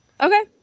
Okay